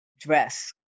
dress